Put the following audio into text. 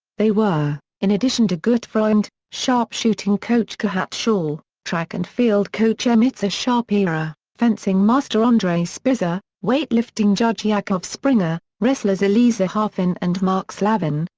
they were, in addition to gutfreund, sharpshooting coach kehat shorr, track and field coach amitzur shapira, fencing master andre spitzer, weightlifting judge yakov springer, wrestlers eliezer halfin and mark slavin,